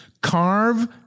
Carve